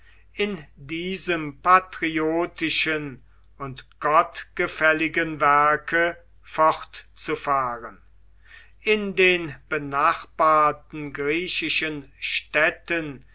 in diesem patriotischen und gottgefälligen werke fortzufahren in den benachbarten griechischen städten